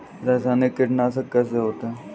रासायनिक कीटनाशक कैसे होते हैं?